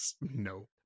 no